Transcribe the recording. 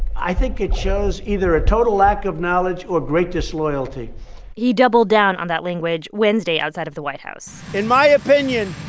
i think it shows either a total lack of knowledge or great disloyalty he doubled down on that language wednesday wednesday outside of the white house in my opinion,